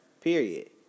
Period